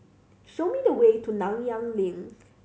show me the way to Nanyang Link